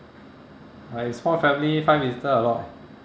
uh if small family five visitors a lot eh